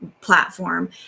platform